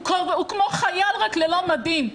הוא כמו חייל רק ללא מדים.